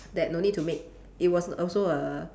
that no need to make it was also a